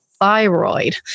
thyroid